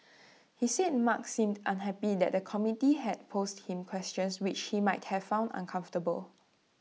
he said mark seemed unhappy that the committee had posed him questions which he might have found uncomfortable